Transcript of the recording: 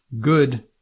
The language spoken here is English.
good